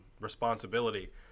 responsibility